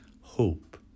hope